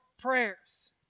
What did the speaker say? prayers